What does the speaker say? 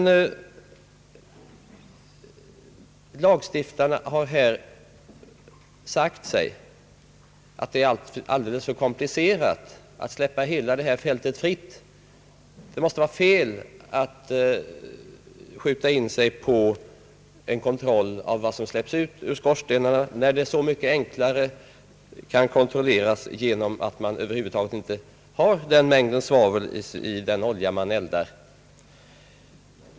Lagstiftarna har sagt sig, att det är alldeles för komplicerat att släppa hela fältet fritt genom att bara inrikta sig på svaveldioxidutsläppet. Det måste vara fel att skjuta in sig på en kontroll av vad som släpps ut ur skorstenarna, när det så mycket enklare kan kontrolleras genom att man över huvud taget inte tillåter mer en viss mängd svavel i den olja man eldar med.